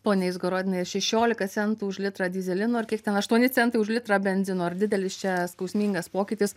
pone izgorodinai ar šešiolika centų už litrą dyzelinui ar kiek ten aštuoni centai už litrą benzino ar didelis čia skausmingas pokytis